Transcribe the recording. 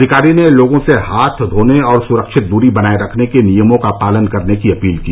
अधिकारी ने लोगों से हाथ धोने और सुरक्षित दूरी बनाए रखने के नियमों का पालन करने की अपील की